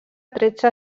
tretze